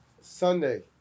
Sunday